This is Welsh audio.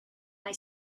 mai